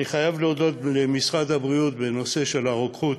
אני חייב להודות למשרד הבריאות, בנושא של הרוקחות,